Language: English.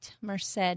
Merced